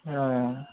অঁ